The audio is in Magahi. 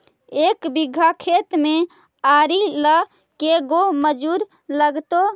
एक बिघा खेत में आरि ल के गो मजुर लगतै?